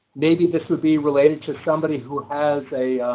maybe this would be related to somebody who has a